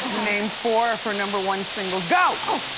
name four of her number one singles, go. oh,